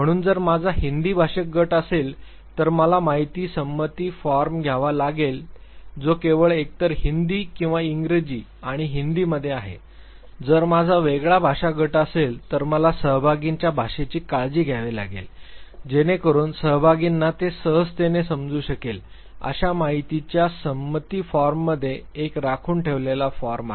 म्हणून जर माझा हिंदी भाषिक गट असेल तर मला माहिती संमती फॉर्म घ्यावा लागेल जो केवळ एकतर हिंदी किंवा इंग्रजी आणि हिंदीमध्ये आहे जर माझा वेगळा भाषा गट असेल तर मला सहभागींच्या भाषेची काळजी घ्यावी लागेल जेणेकरून सहभागींना ते सहजतेने समजू शकेल अशा माहितीच्या संमती फॉर्ममध्ये एक राखून ठेवलेला फॉर्म आहे